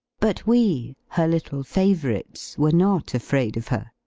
but we, her little favorites, were not afraid of her.